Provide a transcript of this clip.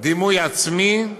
דימוי עצמי,